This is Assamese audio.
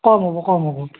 কম হ'ব কম হ'ব